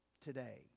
today